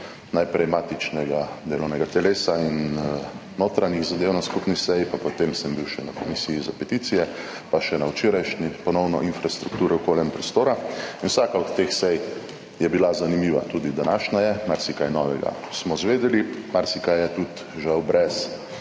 najprej matičnega delovnega telesa in notranjih zadev, na skupni seji, pa potem sem bil še na Komisiji za peticije, pa še na včerajšnji ponovno infrastrukturo okolja in prostora. In vsaka od teh sej je bila zanimiva, tudi današnja je. Marsikaj novega smo izvedeli, marsikaj je tudi žal brez